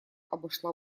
обошла